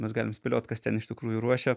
mes galim spėliot kas ten iš tikrųjų ruošia